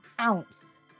ounce